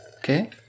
Okay